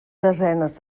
desenes